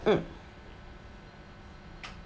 mm